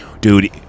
dude